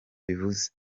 bivuze